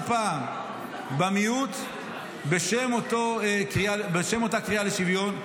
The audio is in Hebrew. פעם במיעוט בשם אותה קריאה לשוויון.